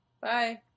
Bye